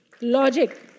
Logic